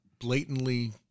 blatantly